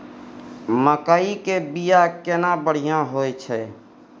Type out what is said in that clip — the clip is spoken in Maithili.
मकई के बीया केना बढ़िया होय छै?